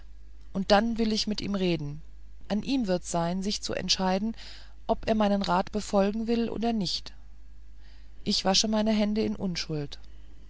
und dann will ich mit ihm reden an ihm wird's sein sich zu entscheiden ob er meinen rat befolgen will oder nicht ich wasche meine hände in unschuld